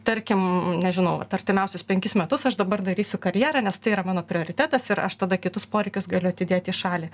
tarkim nežinau artimiausius penkis metus aš dabar darysiu karjerą nes tai yra mano prioritetas ir aš tada kitus poreikius galiu atidėt į šalį